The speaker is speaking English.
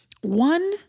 one